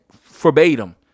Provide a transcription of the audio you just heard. verbatim